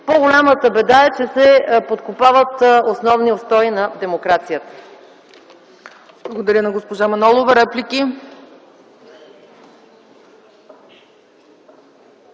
По-голямата беда е, че се подкопават основни устои на демокрацията.